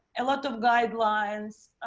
a lot of guidelines.